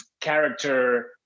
character